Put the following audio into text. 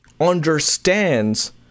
understands